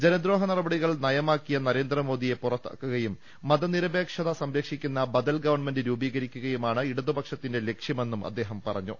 ജനദ്രോഹ നടപടികൾ നയമാക്കിയ നരേന്ദ്ര മോദിയെ പുറത്താക്കുകയും മതനിരപേക്ഷത സംരക്ഷിക്കുന്ന ബദൽ ഗവൺമെന്റ് രൂപീകരിക്കുകയുമാണ് ഇടതുപക്ഷത്തിന്റെ ലക്ഷ്യമെന്നും അദ്ദേഹം പറഞ്ഞു